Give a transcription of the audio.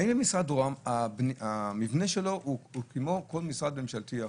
האם המבנה של משרד ראש הממשלה הוא כמו כל משרד ממשלתי אחר?